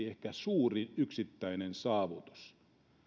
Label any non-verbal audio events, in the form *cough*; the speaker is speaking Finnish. *unintelligible* ehkä ylivoimaisesti suurin yksittäinen saavutus